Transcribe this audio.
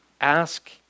ask